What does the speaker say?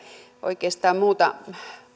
oikeastaan